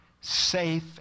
safe